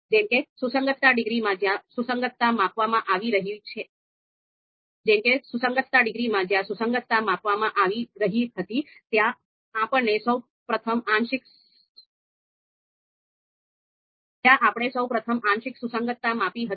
જેમ કે સુસંગતતા ડિગ્રીમાં જ્યાં સુસંગતતા માપવામાં આવી રહી હતી ત્યાં આપણે સૌ પ્રથમ આંશિક સુસંગતતા માપી હતી